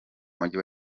mujyi